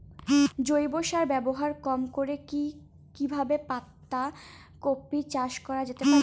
জৈব সার ব্যবহার কম করে কি কিভাবে পাতা কপি চাষ করা যেতে পারে?